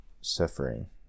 suffering